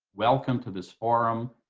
welcome to this forum,